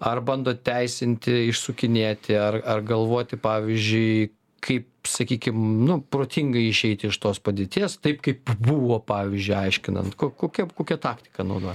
ar bando teisinti išsukinėti ar ar galvoti pavyzdžiui kaip sakykim nu protingai išeiti iš tos padėties taip kaip buvo pavyzdžiui aiškinant kokia kokia taktika naudojama